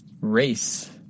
race